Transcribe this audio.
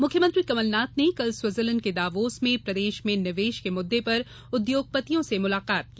कमलनाथ मुख्यमंत्री कमल नाथ ने कल स्विट़जरलैंड के दावोस में प्रदेश में निवेश के मुददे पर उद्योगपतियों से मुलाकात की